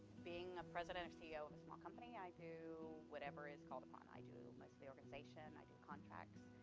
being a president and ceo of a small company, i do whatever is called upon. i do mostly organization, i do contracts,